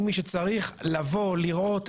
אם מישהו צריך לבוא ולבדוק ולראות,